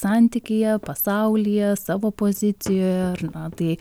santykyje pasaulyje savo pozicijoje ar na tai